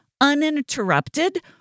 uninterrupted